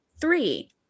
Three